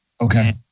Okay